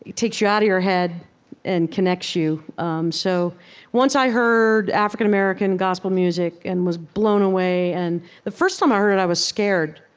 takes you out of your head and connects you um so once i heard african-american gospel music and was blown away and the first time i heard it, i was scared.